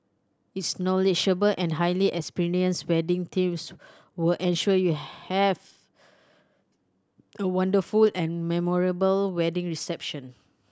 its knowledgeable and highly experienced wedding teams will ensure you have a wonderful and memorable wedding reception